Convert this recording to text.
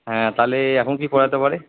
হ্যাঁ তাহলে এখন কী করা যেতে পারে